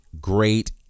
great